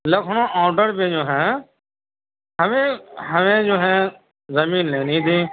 Lucknow outer پہ جو ہے ہمیں ہمیں جو ہے زمین لینی تھی